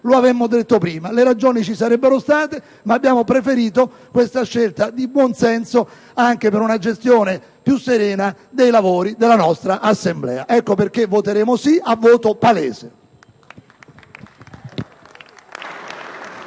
lo avremmo detto prima; le ragioni ci sarebbero state, ma abbiamo preferito questa scelta di buonsenso, anche per una gestione più serena dei lavori della nostra Assemblea. Ecco perché voteremo sì, a voto palese*.